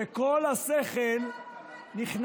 שכל השכל,